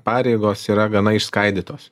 pareigos yra gana išskaidytos